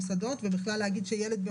לגבי ילד שנשאר